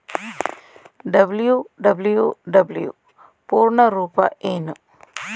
WWW ಪೂರ್ಣ ರೂಪ ಏನು?